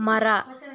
ಮರ